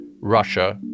Russia